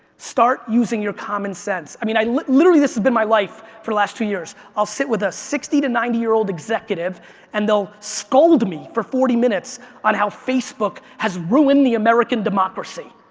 start using your common sense. i mean, i literally, this has been my life for the last two years. i'll sit with a sixty to ninety year old executive and they'll scold me for forty minutes on how facebook has ruined the american democracy,